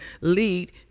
lead